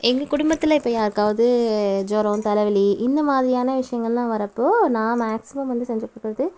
எங்கள் குடும்பத்தில் இப்போது யாருக்காவுது ஜொரோம் தலை வலி இந்த மாதிரியான விஷயங்கள்லாம் வரப்போ நான் மேக்சிமம் வந்து செஞ்சு கொடுக்கறது